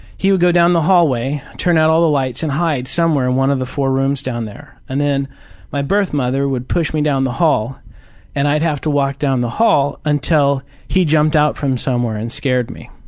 he would go down the hallway, turn out all the lights and hide somewhere in one of the four rooms down there. and then my birth mother would push me down the hall and i'd have to walk down the hall until he jumped out from somewhere and scared me.